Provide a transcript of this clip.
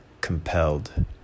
compelled